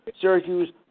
Syracuse